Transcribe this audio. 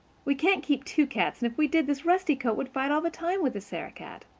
we can't keep two cats and if we did this rusty coat would fight all the time with the sarah-cat.